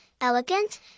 elegant